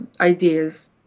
ideas